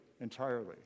entirely